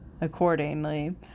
accordingly